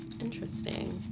Interesting